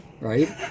right